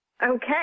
Okay